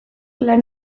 lan